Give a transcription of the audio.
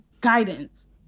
guidance